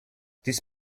this